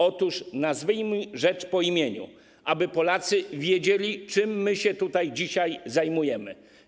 Otóż nazwijmy rzecz po imieniu, aby Polacy wiedzieli, czym my się tutaj dzisiaj zajmujemy.